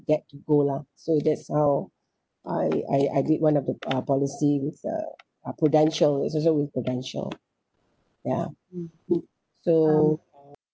get to go lah so that's how I I I read one of the uh policies uh uh Prudential it's also with Prudential ya so